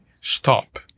stop